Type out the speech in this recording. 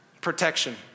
protection